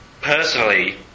personally